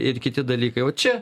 ir kiti dalykai o čia